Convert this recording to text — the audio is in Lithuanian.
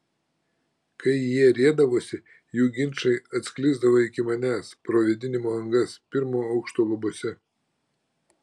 kai jie riedavosi jų ginčai atsklisdavo iki manęs pro vėdinimo angas pirmo aukšto lubose